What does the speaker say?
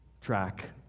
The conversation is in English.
track